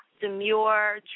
Demure